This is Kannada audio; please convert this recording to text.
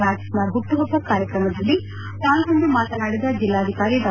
ರಾಜ್ ಕುಮಾರ್ ಹುಟ್ಟುಹಬ್ಬ ಕಾರ್ಯಕ್ರಮದಲ್ಲಿ ಪಾಲ್ಗೊಂಡು ಮಾತನಾಡಿದ ಜಿಲ್ಲಾಧಿಕಾರಿ ಡಾ